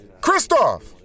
Kristoff